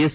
S